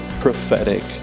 prophetic